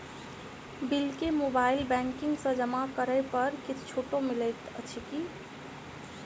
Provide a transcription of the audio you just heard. Bill केँ mobile banking सँ जमा करै पर किछ छुटो मिलैत अछि की?